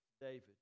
David